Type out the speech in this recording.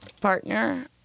partner